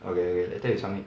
okay okay later you submit